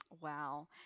wow